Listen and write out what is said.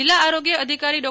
જિલ્લા આરોગ્ય અધિકારી ડૉ